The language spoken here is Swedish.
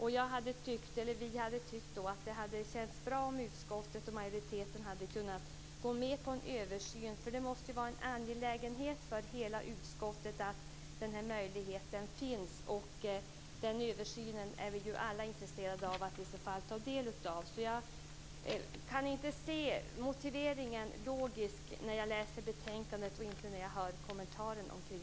Vi tycker att det hade känts bra om utskottsmajoriteten hade kunnat gå med på en översyn. Det måste ju vara en angelägenhet för hela utskottet att den här möjligheten finns. Vi är alla intresserade av att ta del av en sådan översyn. Jag kan inte se logiken i motiveringen när jag läser betänkandet och inte heller när jag hör kommentarerna.